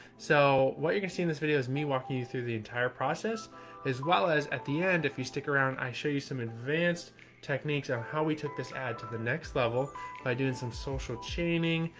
so what you're gonna see in this video is me walking you through the entire process as well as at the end. if you stick around, i show you some advanced techniques are how we took this ad to the next level by doing some social chaining,